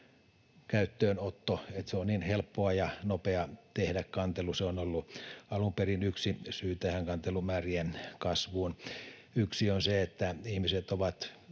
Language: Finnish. käyttöönotto, se, että on niin helppoa ja nopeaa tehdä kantelu. Se on ollut alun perin yksi syy tähän kantelumäärien kasvuun. Yksi on se, että ihmiset ovat